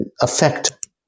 affect